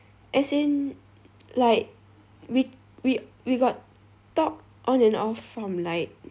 as in like we we we got talk on and off from like